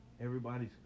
everybody's